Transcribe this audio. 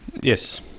Yes